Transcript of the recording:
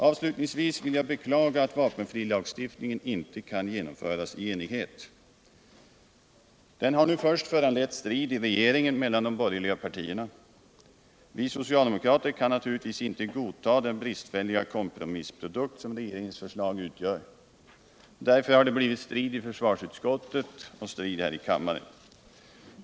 Avslutningsvis vill jag beklaga att vapenfrilagstiftningen inte kan genomföras i enighet. Den har först föranlett strid i regeringen mellan de borgerliga partierna. Vi socialdemokrater kan naturligtvis inte godta den bristfälliga kompromissprodukt som regeringens förslag utgör. Därför har det blivit strid i försvarsutskottet och strid här i kammaren.